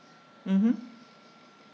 mmhmm